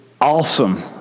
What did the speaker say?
awesome